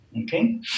Okay